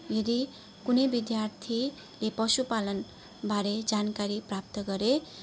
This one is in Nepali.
यदि कुनै विद्यार्थीले पशु पालनबारे जानकारी प्राप्त गरे